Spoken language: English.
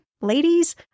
ladies